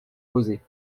posées